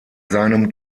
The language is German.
seinem